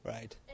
Right